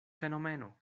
fenomeno